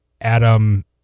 Adam